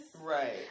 Right